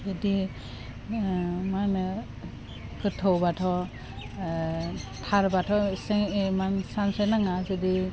बिदि ओह मा होनो गोथौ बाथ' ओह थारबाथ' इसे इमान सानस्रि नाङा जुदि